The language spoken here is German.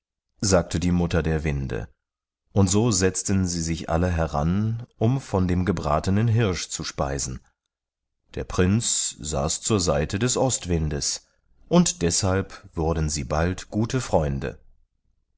sagte die mutter der winde und so setzten sie sich alle heran um von dem gebratenen hirsch zu speisen der prinz saß zur seite des ostwindes und deshalb wurden sie bald gute freunde